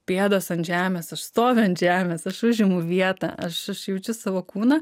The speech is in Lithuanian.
pėdos ant žemės aš stoviu ant žemės aš užimu vietą aš aš jaučiu savo kūną